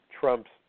trump's